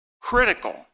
critical